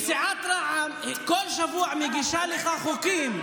כי סיעת רע"מ בכל שבוע מגישה לך חוקים.